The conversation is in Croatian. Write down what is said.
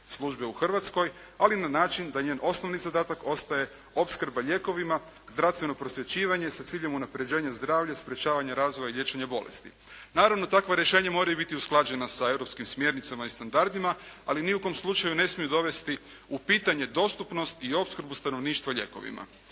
službe u Hrvatskoj, ali na način da njen osnovni zadatak ostaje opskrba lijekovima, zdravstveno prosvjećivanje sa ciljem unapređenja zdravlja, sprječavanja razvoja i liječenja bolesti. Naravno takva rješenja moraju biti usklađena sa europskim smjernicama i standardima, ali ni u kom slučaju ne smiju dovesti u pitanje dostupnost i opskrbu stanovništva lijekovima.